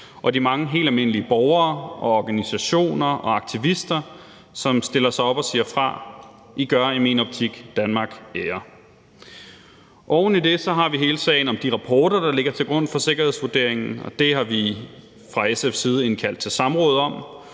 og de mange helt almindelige borgere og organisationer og aktivister, som stiller sig op og siger fra. I gør i min optik Danmark ære. Oven i det har vi hele sagen om de rapporter, der ligger til grund for sikkerhedsvurderingen, og det har vi fra SF's side indkaldt til samråd om,